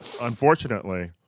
Unfortunately